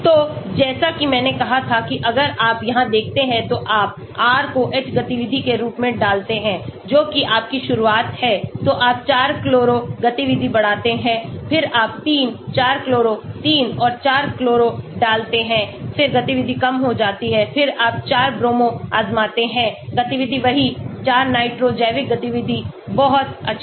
तो जैसा कि मैंने कहा था किअगर आप यहाँ देखते हैं तो आप R को H गतिविधि के रूप में डालते हैं जो कि आपकी शुरुआत है तो आप 4 क्लोरो गतिविधि बढ़ाते हैं फिर आप 34 क्लोरो 3 और 4 क्लोरो डालते हैं फिर गतिविधि कम हो जाती है फिर आप 4 ब्रोमो आज़माते हैं गतिविधि वही 4 नाइट्रो जैविक गतिविधि बहुत अच्छी है